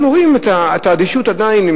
אנחנו רואים את האדישות עדיין,